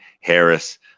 Harris